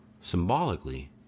symbolically